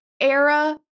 era